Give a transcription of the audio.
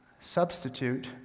substitute